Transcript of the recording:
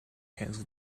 cancel